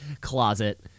closet